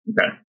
Okay